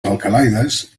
alcaloides